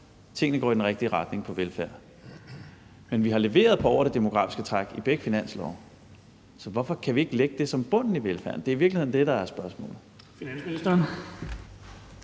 tingene går i den rigtige retning på velfærdsområdet. Men vi har leveret på over det demografiske træk i begge finanslove. Så hvorfor kan vi ikke lægge det som bunden i velfærden? Det er i virkeligheden det, der er spørgsmålet.